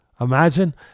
Imagine